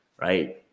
right